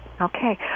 Okay